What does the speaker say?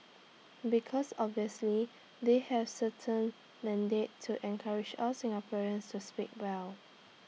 because obviously they have certain mandate to encourage all Singaporeans to speak well